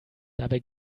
dabei